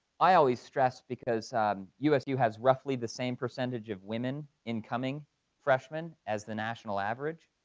i always stress because usu has roughly the same percentage of women, incoming freshmen as the national average,